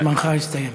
זמנך הסתיים.